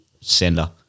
sender